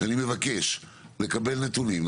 שאני מבקש לקבל נתונים.